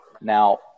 Now